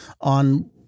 on